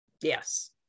Yes